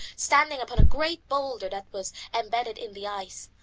standing upon a great boulder that was embedded in the ice,